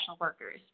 workers